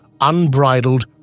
unbridled